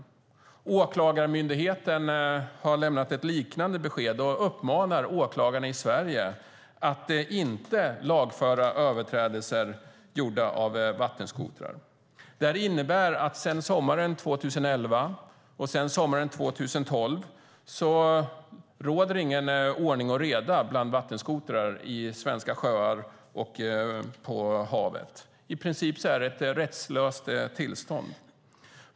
Åklagarmyndigheten har lämnat ett liknande besked och uppmanar åklagarna i Sverige att inte lagföra överträdelser gjorda av vattenskotrar. Detta innebär att sedan sommaren 2011 och sommaren 2012 råder det ingen ordning och reda bland vattenskotrar i svenska sjöar och på havet. I princip är det ett rättslöst tillstånd.